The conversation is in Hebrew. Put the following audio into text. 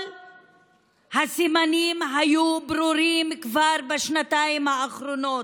כל הסימנים היו ברורים כבר בשנתיים האחרונות: